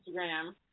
Instagram